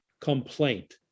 complaint